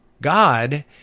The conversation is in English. God